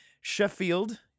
Sheffield